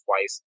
twice